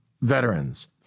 veterans—